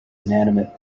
inanimate